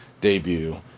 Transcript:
debut